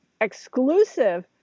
exclusive